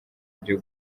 byo